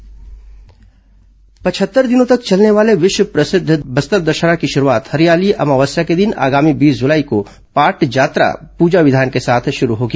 बस्तर दशहरा पचहत्तर दिनों तक चलने वाले विश्व प्रसिद्ध बस्तर दशहरा की शुरूआत हरियाली अमावस्या के दिन आगामी बीस जुलाई को पाठजात्रा पूजा विधान के साथ होगी